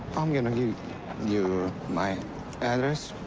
i'm going to give you my address.